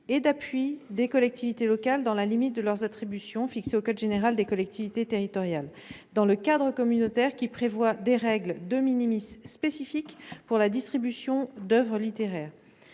et d'appuis des collectivités locales, dans la limite de leurs attributions, fixées au code général des collectivités territoriales, dans le cadre communautaire, qui prévoit des règles spécifiques pour la distribution d'oeuvres littéraires.